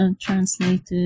translated